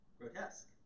grotesque